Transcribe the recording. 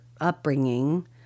upbringing